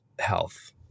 health